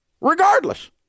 regardless